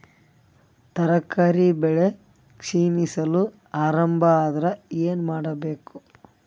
ತರಕಾರಿ ಬೆಳಿ ಕ್ಷೀಣಿಸಲು ಆರಂಭ ಆದ್ರ ಏನ ಮಾಡಬೇಕು?